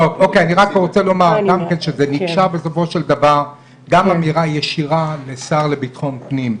אני רוצה לומר גם אמירה ישירה לשר לביטחון הפנים,